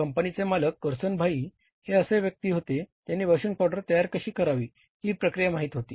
कंपनीचे मालक करसन भाई हे असे व्यक्ती होते ज्यांना वॉशिंग पावडर तयार कशी करावी ही प्रक्रिया माहित होती